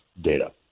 data